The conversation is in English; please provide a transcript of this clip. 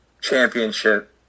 championship